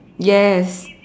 yes